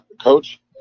coach